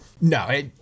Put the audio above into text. No